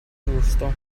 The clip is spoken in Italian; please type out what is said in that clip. giusto